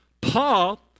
Paul